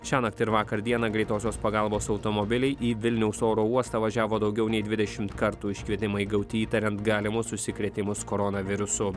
šiąnakt ir vakar dieną greitosios pagalbos automobiliai į vilniaus oro uostą važiavo daugiau nei dvidešimt kartų iškvietimai gauti įtariant galimus užsikrėtimus koronavirusu